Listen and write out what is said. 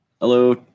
Hello